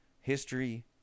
history